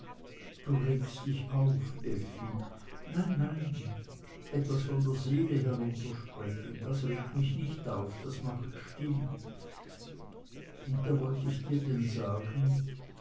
du regst dich auf effi nein nein etwas von der seele heruntersprechen das regt mich nicht auf das macht still und da wollte ich dir denn sagen